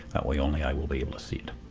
that way, only i will be able to see it.